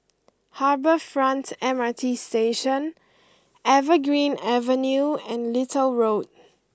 Harbour Front M R T Station Evergreen Avenue and Little Road